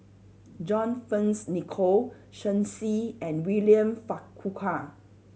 John Fearns Nicoll Shen Xi and William Farquhar